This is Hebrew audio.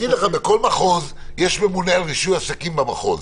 בכל מחוז יש ממונה על רישוי עסקים במחוז.